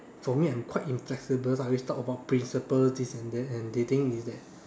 for me I'm quite inflexible I always talk about principle this and that and they think is that